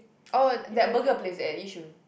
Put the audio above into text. oh that burger place at Yishun